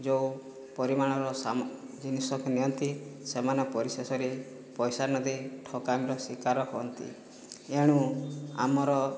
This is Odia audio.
ଯେଉଁ ପରିମାଣର ସାମା ଜିନିଷ ନିଅନ୍ତି ସେମାନେ ପରିଶେଷରେ ପଇସା ନ ଦେଇ ଠକାମୀର ଶିକାର ହୁଅନ୍ତି ଏଣୁ ଆମର